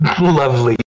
Lovely